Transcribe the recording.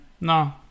No